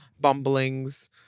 bumbling's